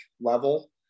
level